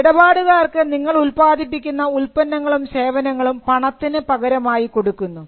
ഇടപാടുകാർക്ക് നിങ്ങൾ ഉൽപാദിപ്പിക്കുന്ന ഉൽപ്പന്നങ്ങളും സേവനങ്ങളും പണത്തിനു പകരമായി കൊടുക്കുന്നു